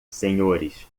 senhores